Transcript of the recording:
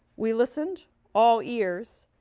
we listened all ears,